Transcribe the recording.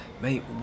mate